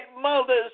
mothers